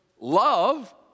love